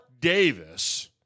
Davis